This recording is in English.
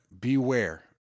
beware